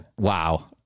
Wow